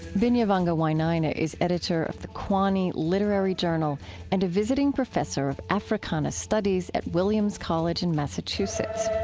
binyavanga wainaina is editor of the kwani? literary journal and a visiting professor of africana studies at williams college in massachusetts